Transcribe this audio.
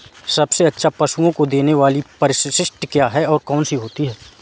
सबसे अच्छा पशुओं को देने वाली परिशिष्ट क्या है? कौन सी होती है?